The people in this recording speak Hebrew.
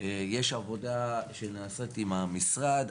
יש עבודה שנעשית עם המשרד,